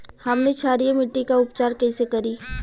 हमनी क्षारीय मिट्टी क उपचार कइसे करी?